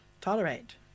tolerate